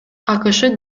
акш